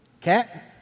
Cat